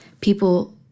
people